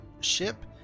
ship